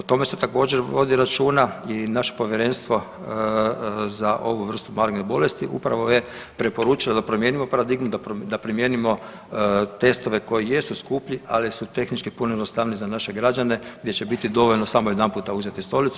O tome se također vodi računa i naše povjerenstvo za ovu vrstu maligne bolesti upravo je preporučilo da promijenimo paradigmu, da primijenimo testove koji jesu skuplji ali su tehnički puno jednostavniji za naše građane gdje će biti dovoljno samo jedan puta uzeti stolicu.